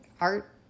art